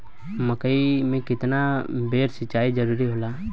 मकई मे केतना बेर सीचाई जरूरी होला?